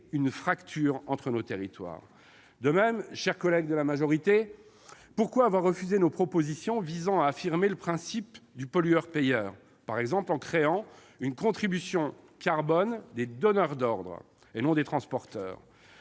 une fracture entre nos territoires. De même, chers collègues de la majorité, pourquoi avoir refusé nos propositions visant à affirmer le principe du pollueur-payeur ? Nous avions par exemple suggéré la création d'une contribution carbone pour les donneurs d'ordre, et non pour les transporteurs,